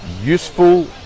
useful